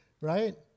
right